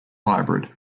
hybrid